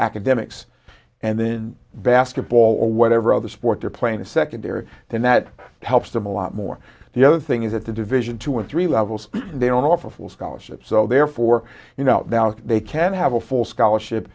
academics and then basketball or whatever other sport they're playing a secondary then that helps them a lot more the other thing is that the division to a three levels they don't offer full scholarships so therefore you know they can have a full scholarship